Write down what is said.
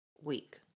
week